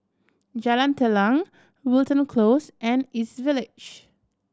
Jalan Telang Wilton Close and East Village